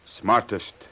Smartest